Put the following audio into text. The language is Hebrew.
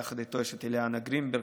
יחד איתו יש את אליאנה גרינברג,